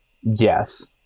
Yes